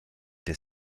der